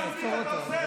אתה עושה את זה.